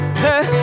hey